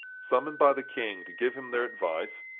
summoned by the king to give him their advice,